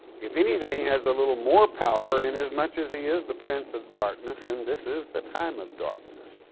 if anything has a little more power in as much as he is the prince of darkness and this is the time of darkness.